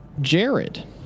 Jared